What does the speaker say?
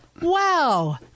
Wow